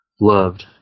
loved